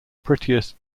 prettiest